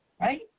right